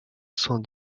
cent